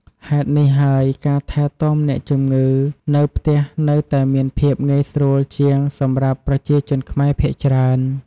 ហេតុនេះហើយ ការថែទាំអ្នកជម្ងឺនៅផ្ទះនៅតែមានភាពងាយស្រួលជាងសម្រាប់ប្រជាជនខ្មែរភាគច្រើន។